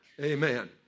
Amen